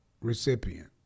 recipient